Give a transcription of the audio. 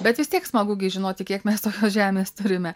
bet vis tiek smagu žinoti kiek mes tos žemės turime